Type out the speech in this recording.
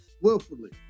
willfully